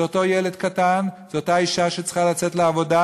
זה אותו ילד קטן, זו אותה אישה שצריכה לצאת לעבודה